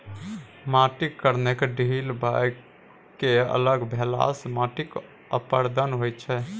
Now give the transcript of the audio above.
माटिक कणकेँ ढील भए कए अलग भेलासँ माटिक अपरदन होइत छै